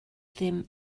ddim